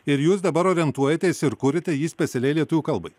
ir jūs dabar orientuojatės ir kuriate jį specialiai lietuvių kalbai